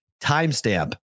Timestamp